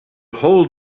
hold